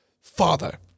father